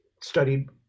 studied